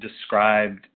described